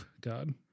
God